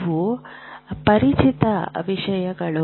ಇವು ಪರಿಚಿತ ವಿಷಯಗಳು